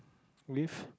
with